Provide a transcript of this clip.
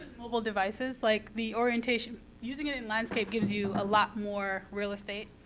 mobile devices, like the orientation. using it in landscape gives you a lot more real estate.